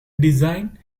design